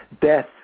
Death